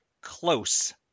close